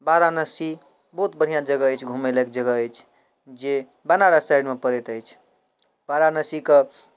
वाराणसी बहुत बढ़िआँ जगह अछि घुमै लायक जगह अछि जे बनारस साइडमे पड़ैत अछि वाराणसीके